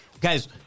guys